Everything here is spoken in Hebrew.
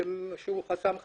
שהוא חסם תחרות.